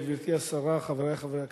גברתי השרה, חברי חברי הכנסת,